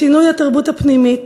לשינוי התרבות הפנימית